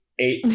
eight